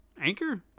Anchor